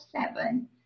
seven